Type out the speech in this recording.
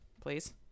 Please